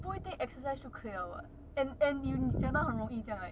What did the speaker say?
不一定 exercise 就可以 liao what and and 你讲到很容易这样 like